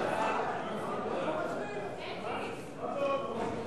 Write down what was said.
איסור גביית תשלום בנוסף